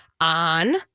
on